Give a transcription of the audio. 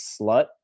slut